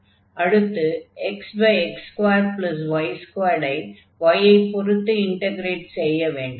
அடுத்து xx2y2 ஐ y ஐ பொருத்து இன்டக்ரேட் செய்ய வேண்டும்